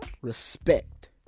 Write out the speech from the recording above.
respect